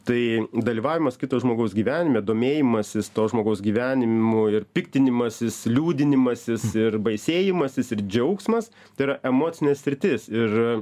tai dalyvavimas kito žmogaus gyvenime domėjimasis to žmogaus gyvenimu ir piktinimasis liūdinimasis ir baisėjimasis ir džiaugsmas tai yra emocinė sritis ir